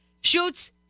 shoots